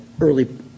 early